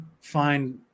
find